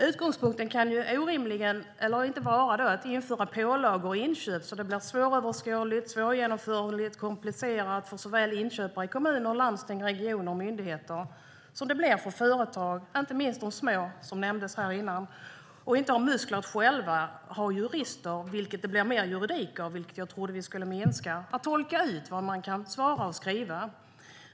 Utgångspunkten kan inte vara att införa pålagor vid inköp så att det blir svåröverskådligt, svårgenomförligt och komplicerat för inköpare i kommuner, landsting, regioner och myndigheter liksom för företag, inte minst de små, som nämndes här innan, som inte själva har muskler att ha jurister. Det kräver mer juridik, vilket jag trodde att vi skulle minska, för att tolka vad man kan svara och skriva.